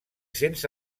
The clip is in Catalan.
sense